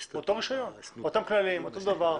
זה אותו רישיון, אותם כללים, אותו דבר.